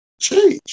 change